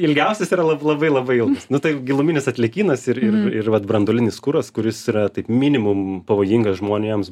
ilgiausias yra lab labai labai ilgas nu tai giluminis atliekynas ir ir ir vat branduolinis kuras kuris yra taip minimum pavojingas žmonėms